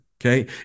okay